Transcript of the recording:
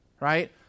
right